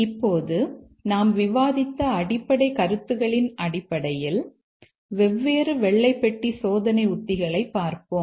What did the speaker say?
இப்போது நாம் விவாதித்த அடிப்படைக் கருத்துகளின் அடிப்படையில் வெவ்வேறு வெள்ளை பெட்டி சோதனை உத்திகளைப் பார்ப்போம்